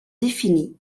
définie